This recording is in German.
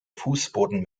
fußboden